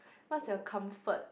what's your comfort